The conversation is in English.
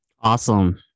Awesome